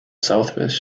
southwest